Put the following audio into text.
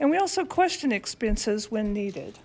and we also question expenses when needed